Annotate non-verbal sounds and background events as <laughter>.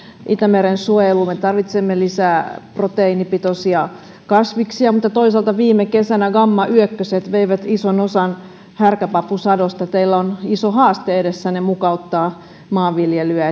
itämeren suojeluun me tarvitsemme lisää proteiinipitoisia kasviksia mutta toisaalta viime kesänä gammayökköset veivät ison osan härkäpapusadosta teillä on iso haaste edessänne mukauttaa maanviljelyä <unintelligible>